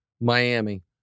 Miami